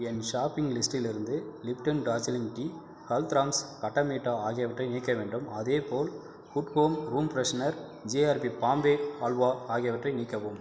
என் shopping லிஸ்ட்டிலிருந்து Lipton Darjeeling tea Haldiram's khatta meetha ஆகியவற்றை நீக்க வேண்டும் அதேபோல் good home room freshener GRB Bombay halwa ஆகியவற்றையும் நீக்கவும்